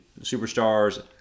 superstars